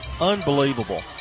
Unbelievable